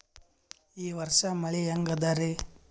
ಈ ವರ್ಷ ಮಳಿ ಹೆಂಗ ಅದಾರಿ?